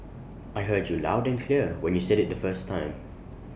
I heard you loud and clear when you said IT the first time